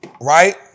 Right